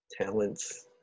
talents